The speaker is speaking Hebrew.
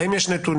האם יש נתונים?